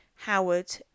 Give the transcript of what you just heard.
Howard